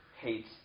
hates